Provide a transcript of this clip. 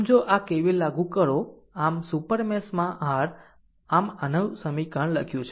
આમ જો આ KVL લાગુ કરો આમ સુપર મેશ માં r આમ આનું સમીકરણ લખ્યું છે